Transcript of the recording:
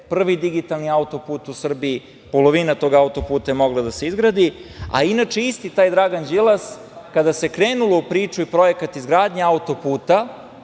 prvi digitalni autoput u Srbiji, polovina tog autoputa je mogla da se izgradi. Inače, isti taj Dragan Đilas, kada se krenulo u priču i projekat izgradnje autoputa,